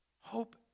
Hope